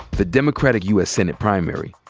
the democratic u. s. senate primary.